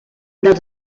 dels